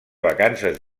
vacances